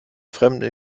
fremden